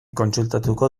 kontsultatuko